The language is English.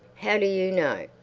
how do you know?